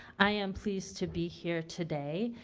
i am pleased to be here today.